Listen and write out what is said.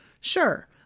Sure